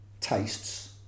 tastes